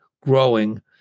growing